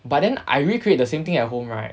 but then I recreate the same thing at home right